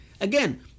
again